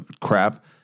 crap